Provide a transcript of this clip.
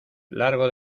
largo